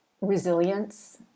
resilience